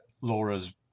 Laura's